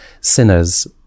sinners